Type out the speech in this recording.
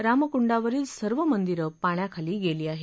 रामकुंडावरील सर्व मंदीरं पाण्याखाली गेली आहेत